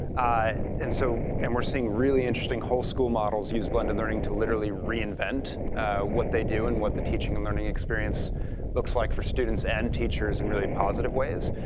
ah and so and we're seeing really interesting whole-school models use blended learning to literally reinvent what they do and what the teaching and learning experience looks like for students and teachers in really positive ways.